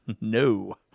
No